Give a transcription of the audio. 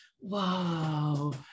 Wow